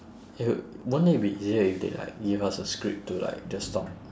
it would won't it be easier if they like give us a script to like just talk